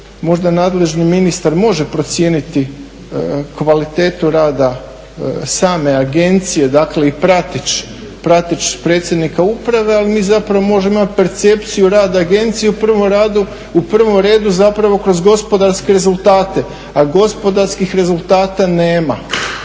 Možda nadležni ministar može procijeniti kvalitetu rada same agencije, dakle i prateći predsjednika uprave. Ali mi zapravo možemo imati percepciju rada agencije u prvom redu zapravo kroz gospodarske rezultate, a gospodarskih rezultata nema.